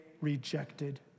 rejected